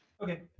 Okay